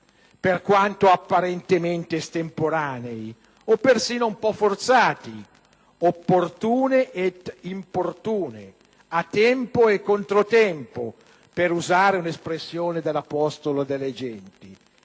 per quanto apparentemente estemporanei o persino un po' forzati, *opportun**e et importune*, a tempo e controtempo, per usare un'espressione dell'Apostolo delle genti.